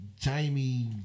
Jamie